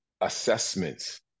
assessments